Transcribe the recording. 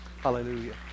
Hallelujah